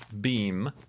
Beam